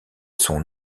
son